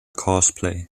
cosplay